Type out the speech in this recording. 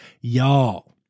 y'all